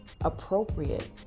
appropriate